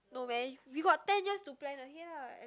no man we got ten years to plan ahead ah I